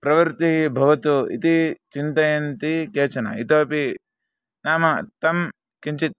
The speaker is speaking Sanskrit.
प्रवृत्तिः भवतु इति चिन्तयन्ति केचन इतोपि नाम तं किञ्चित्